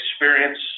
experience